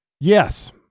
yes